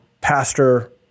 pastor